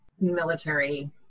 military